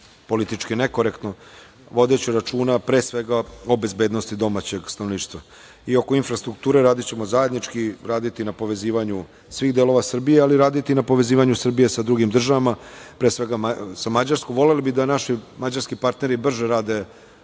politički nekorektno, vodeći računa, pre svega, o bezbednosti domaćeg stanovništva. Oko infrastrukture, radićemo zajednički, raditi na povezivanju svih delova Srbije, ali i raditi na povezivanju Srbije sa drugim državama, pre svega, sa Mađarskom. Voleli bi da naši mađarski partneri brže rade